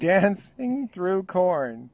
dancing through corn